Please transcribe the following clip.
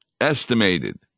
estimated